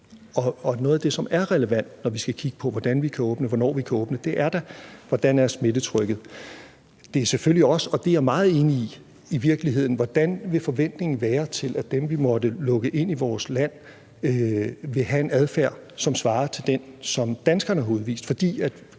noget af det, som er relevant, når vi skal kigge på, hvordan vi kan åbne, hvornår vi kan åbne, er da, hvordan smittetrykket er. Det er selvfølgelig også – og det er jeg meget enig i – i virkeligheden, hvordan forventningen vil være til, at dem, vi måtte lukke ind i vores land, vil have en adfærd, som svarer til den, som danskerne har udvist.